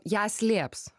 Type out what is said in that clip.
ją slėps